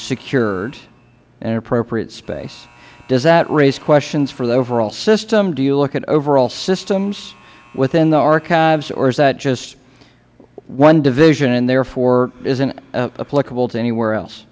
secured in appropriate space does that raise questions for the overall system do you look at overall systems within the archives or is that just one division and therefore isn't applicable to anywhere else